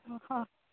ହଁ